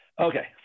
Okay